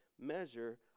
measure